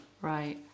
Right